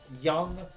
young